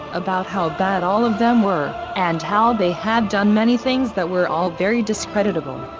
about how bad all of them were, and how they had done many things that were all very discreditable.